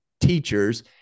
teachers